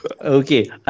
Okay